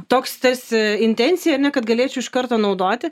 toks tarsi intencija ar ne kad galėčiau iš karto naudoti